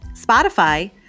Spotify